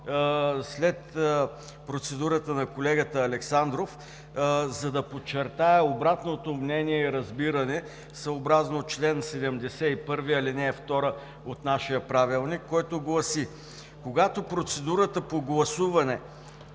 след процедурата на колегата Александров, за да подчертая обратното мнение и разбиране съобразно чл. 71, ал. 2 от нашия Правилник, който гласи: „Когато процедурата по гласуването